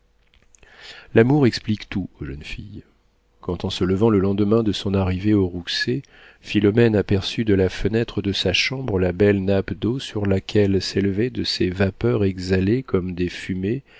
l'amour explique tout aux jeunes filles quand en se levant le lendemain de son arrivée aux rouxey philomène aperçut de la fenêtre de sa chambre la belle nappe d'eau sur laquelle s'élevaient de ces vapeurs exhalées comme des fumées